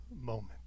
moment